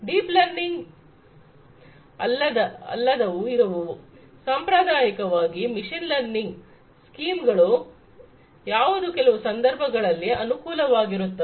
deep learning ಅಲ್ಲದವು ಇರುವವು ಸಾಂಪ್ರದಾಯಿಕವಾದ ಮಿಷನ್ ಲರ್ನಿಂಗ್ ಸ್ಕೀಮ್ಗಳು ಯಾವುದು ಕೆಲವು ಸಂದರ್ಭಗಳಲ್ಲಿ ಅನುಕೂಲಕರವಾಗಿರುತ್ತವೆ